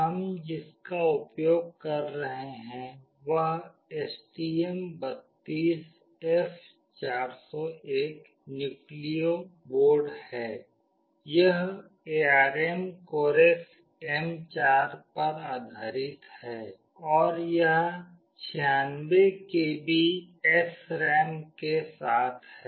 हम जिसका उपयोग कर रहे हैं वह STM32F401 न्यूक्लियो बोर्ड है यह ARM Cortex M4 पर आधारित है और यह 96 केबी SRAM के साथ है